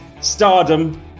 Stardom